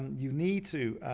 you need to